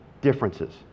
differences